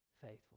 faithful